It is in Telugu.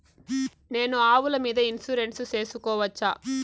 నేను ఆవుల మీద ఇన్సూరెన్సు సేసుకోవచ్చా?